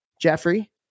Jeffrey